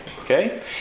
okay